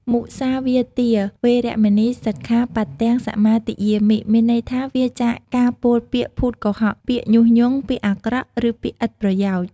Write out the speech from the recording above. មុសាវាទា វេរមណី សិក្ខាបទំ សមាទិយាមិ មានន័យថាវៀរចាកការពោលពាក្យភូតកុហក ពាក្យញុះញង់ ពាក្យអាក្រក់ ឬពាក្យឥតប្រយោជន៍។